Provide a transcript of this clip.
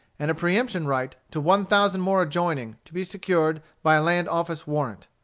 and a preemption right to one thousand more adjoining, to be secured by a land-office warrant.